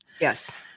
yes